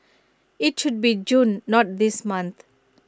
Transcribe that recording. IT should be June not this month